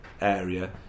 area